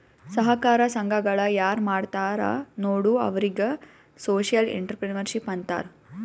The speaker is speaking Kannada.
ಸಹಕಾರ ಸಂಘಗಳ ಯಾರ್ ಮಾಡ್ತಾರ ನೋಡು ಅವ್ರಿಗೆ ಸೋಶಿಯಲ್ ಇಂಟ್ರಪ್ರಿನರ್ಶಿಪ್ ಅಂತಾರ್